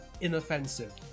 inoffensive